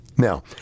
Now